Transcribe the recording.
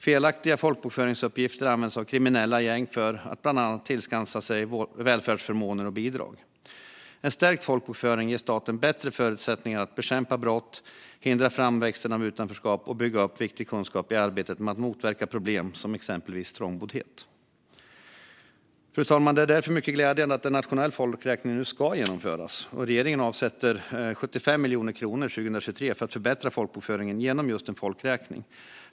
Felaktiga folkbokföringsuppgifter används av kriminella gäng för att bland annat tillskansa sig välfärdsförmåner och bidrag. En stärkt folkbokföring ger staten bättre förutsättningar att bekämpa brott, hindra framväxten av utanförskap och bygga upp viktig kunskap i arbetet med att motverka problem som exempelvis trångboddhet. Fru talman! Det är därför mycket glädjande att en nationell folkräkning nu ska genomföras. Regeringen avsätter 75 miljoner kronor 2023 för att förbättra folkbokföringen genom just en folkräkning.